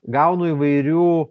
gaunu įvairių